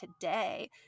today